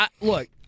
look